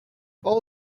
all